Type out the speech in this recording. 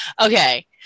Okay